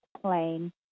plane